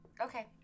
Okay